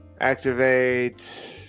activate